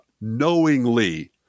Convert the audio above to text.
knowingly